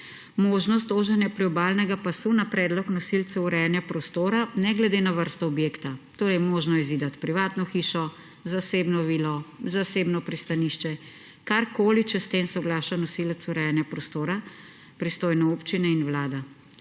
možnost oženja priobalnega pasu na predlog nosilcev urejanja prostora, ne glede na vrsto objekta. Torej, mogoče je zidati privatno hišo, zasebno vilo, zasebno pristanišče, karkoli, če s tem soglaša nosilec urejanja prostora pristojne občine in Vlada.